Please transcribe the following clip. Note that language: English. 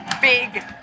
big